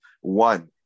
One